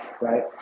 Right